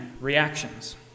reactions